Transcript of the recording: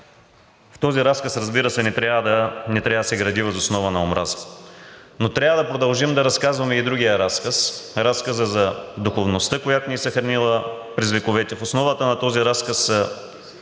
Този разказ, разбира се, не трябва да се гради въз основа на омраза. Но трябва да продължим да разказваме и другия разказ – разказа за духовността, която ни е съхранила през вековете. В основата на този разказ е